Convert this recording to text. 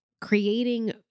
creating